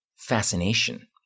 fascination